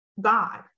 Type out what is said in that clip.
God